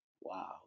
wow